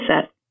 set